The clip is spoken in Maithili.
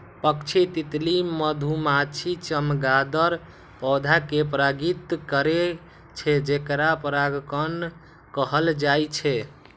पक्षी, तितली, मधुमाछी, चमगादड़ पौधा कें परागित करै छै, जेकरा परागणक कहल जाइ छै